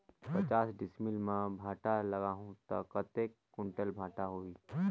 पचास डिसमिल मां भांटा लगाहूं ता कतेक कुंटल भांटा होही?